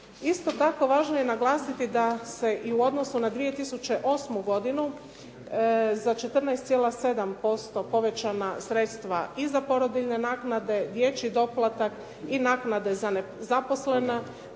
Isto tako važno je naglasiti da se i u odnosu na 2008. godinu za 14,7% povećana sredstava i za porodiljne naknade, dječji doplatak i naknade za nezaposlene